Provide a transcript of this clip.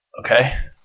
Okay